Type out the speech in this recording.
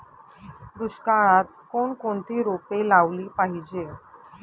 दुष्काळात कोणकोणती रोपे लावली पाहिजे?